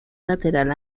lateral